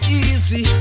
easy